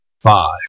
five